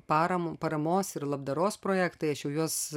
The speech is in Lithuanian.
parama paramos ir labdaros projektai aš jau juos